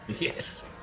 Yes